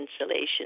insulation